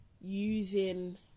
using